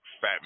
Fat